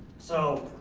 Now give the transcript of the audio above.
so,